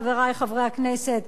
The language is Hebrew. חברי חברי הכנסת,